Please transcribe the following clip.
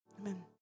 Amen